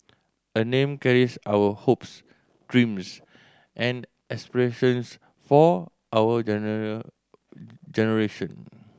a name carries our hopes dreams and aspirations for our generation